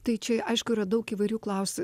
tai čia aišku yra daug įvairių klausi